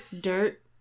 dirt